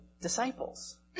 disciples